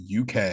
UK